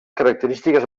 característiques